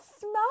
smell